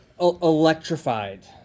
Electrified